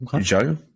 Joe